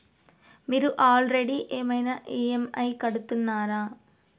మీరు ఆల్రెడీ ఏమైనా ఈ.ఎమ్.ఐ కడుతున్నారా?